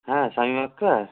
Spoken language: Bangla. হ্যাঁ সাহেব আখতার